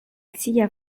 sia